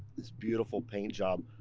this beautiful paint job,